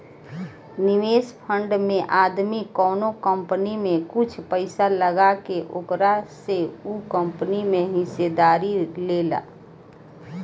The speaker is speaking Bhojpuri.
निवेश फंड में आदमी कवनो कंपनी में कुछ पइसा लगा के ओकरा से उ कंपनी में हिस्सेदारी लेला